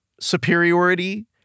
superiority